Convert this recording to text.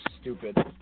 stupid